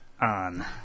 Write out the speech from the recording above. on